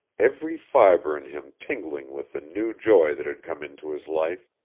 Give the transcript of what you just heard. every fiber in him tingling with the new joy that had come into his life.